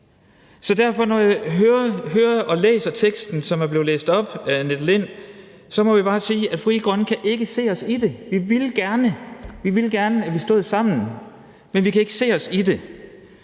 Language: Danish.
vi derfor hører og læser teksten, som er blevet læst op af Annette Lind, så må vi bare sige, at vi i Frie Grønne ikke kan se os i det. Vi ville gerne, at vi stod sammen, men vi kan ikke se os i det.